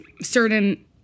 certain